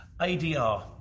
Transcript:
ADR